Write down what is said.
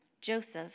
joseph